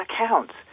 accounts